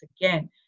again